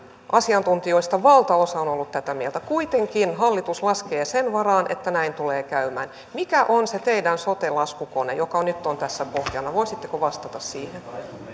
asiantuntijoista valtaosa on on ollut tätä mieltä kuitenkin hallitus laskee sen varaan että näin tulee käymään mikä on se teidän sote laskukone joka nyt on tässä pohjana voisitteko vastata siihen